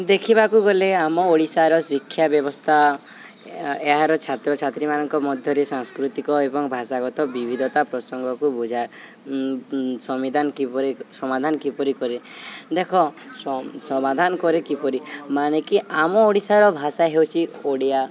ଦେଖିବାକୁ ଗଲେ ଆମ ଓଡ଼ିଶାର ଶିକ୍ଷା ବ୍ୟବସ୍ଥା ଏହାର ଛାତ୍ରଛାତ୍ରୀମାନଙ୍କ ମଧ୍ୟରେ ସାଂସ୍କୃତିକ ଏବଂ ଭାଷାଗତ ବିଭିିଧତା ପ୍ରସଙ୍ଗକୁ ବୁଝାଏ ସମ୍ବିଧାନ କିପରି ସମାଧାନ କିପରି କରେ ଦେଖ ସମାଧାନ କରେ କିପରି ମାନେ କି ଆମ ଓଡ଼ିଶାର ଭାଷା ହେଉଛି ଓଡ଼ିଆ